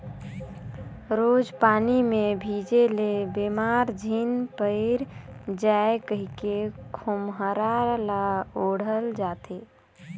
रोज पानी मे भीजे ले बेमार झिन पइर जाए कहिके खोम्हरा ल ओढ़ल जाथे